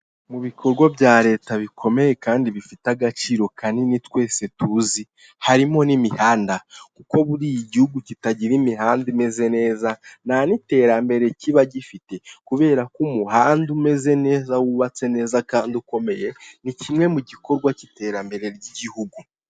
Mu bikorwa bya leta bikomeye kandi bifite agaciro kanini twese tuzi, harimo n'imihanda. Kuko buriya gihugu kitagira imihanda imeze neza nta n'iterambere kiba gifite. Kubera ko umuhanda umeze neza, wubatse neza, kandi ukomeye, ni kimwe mu gikorwa cy'iterambere ry'igihugu.